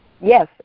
Yes